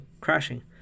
crashing